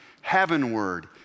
heavenward